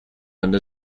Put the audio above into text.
under